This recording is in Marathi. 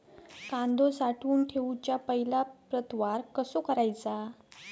कांदो साठवून ठेवुच्या पहिला प्रतवार कसो करायचा?